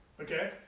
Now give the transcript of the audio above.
Okay